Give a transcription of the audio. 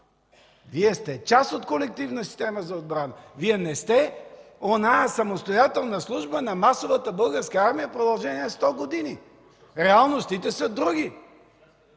Вие сте част от колективна система за отбрана. Вие не сте онази самостоятелна служба на масовата Българска армия в продължение на 100 години. (Реплики от ГЕРБ.)